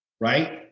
right